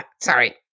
sorry